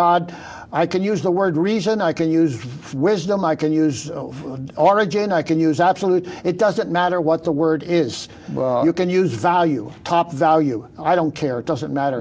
god i could use the word reason i can use wisdom i can use origin i can use absolute it doesn't matter what the word is you can use value top value i don't care it doesn't matter